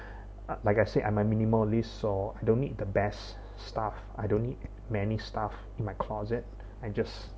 uh like I said I'm a minimalist so I don't need the best stuff I don't need many stuff in my closet and just